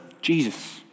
Jesus